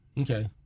okay